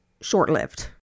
short-lived